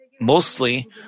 Mostly